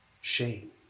shame